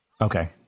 okay